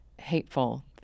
hateful